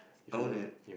own it